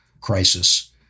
crisis